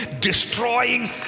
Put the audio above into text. destroying